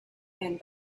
and